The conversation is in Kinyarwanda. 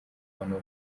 abantu